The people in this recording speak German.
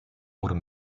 oder